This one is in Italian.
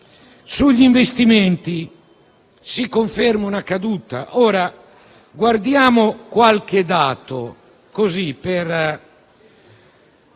Sugli investimenti si conferma una caduta.